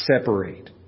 separate